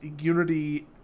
unity